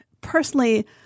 personally